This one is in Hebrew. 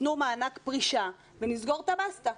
תנו מענק פרישה ונסגור את הבסטה.